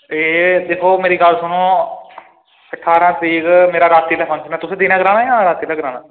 ते दिक्खो मेरी गल्ल सुनो ठारां तरीक मेरा रातीं दा फंक्शन ऐ तुसें दिनै कराना जां रातीं लै कराना